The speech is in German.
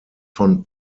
von